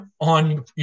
on